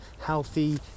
healthy